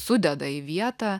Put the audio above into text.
sudeda į vietą